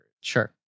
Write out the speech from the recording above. Sure